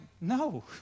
no